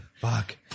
Fuck